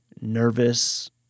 nervous